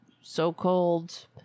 so-called